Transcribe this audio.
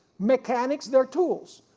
mechanics their tools,